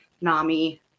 nami